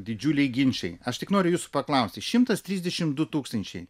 didžiuliai ginčai aš tik noriu jūsų paklausti šimtas trisdešimt du tūkstančiai